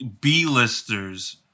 B-listers